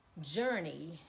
journey